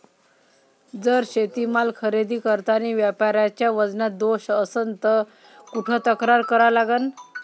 जर शेतीमाल खरेदी करतांनी व्यापाऱ्याच्या वजनात दोष असन त कुठ तक्रार करा लागन?